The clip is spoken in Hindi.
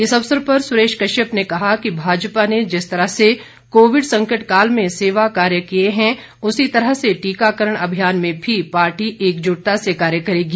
इस अवसर पर सुरेश कश्यप ने कहा कि भाजपा ने जिस तरह से कोविड संकट काल में सेवा कार्य किए हैं उसी तरह से टीकाकरण अभियान में भी पार्टी एकजुटता से कार्य करेगी